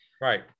Right